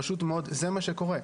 פשוט מאוד זה מה שקורה.